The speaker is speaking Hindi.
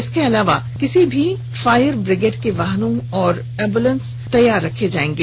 इसके अलावा किसी भी फायरबिग्रेट की बहानों और एम्बुलेंस तैयार रखे जाएंगे